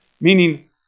meaning